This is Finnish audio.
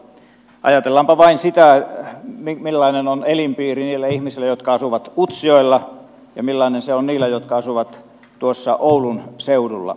ajatellaanpa vain sitä millainen on elinpiiri niillä ihmisillä jotka asuvat utsjoella ja millainen se on niillä jotka asuvat oulun seudulla